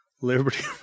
Liberty